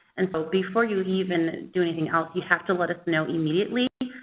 and so before you even do anything else, you have to let us know immediately,